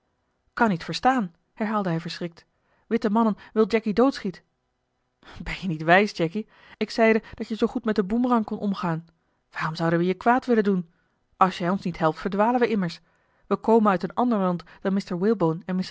kan niet verstaan herhaalde hij verschrikt witte mannen wil jacky doodschiet ben je niet wijs jacky ik zeide dat je zoo goed met den boemerang kon omgaan waarom zouden we je kwaad willen doen als jij ons niet helpt verdwalen we immers wij komen uit een eli heimans willem roda ander land dan mr walebone en